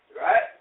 Right